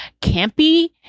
campy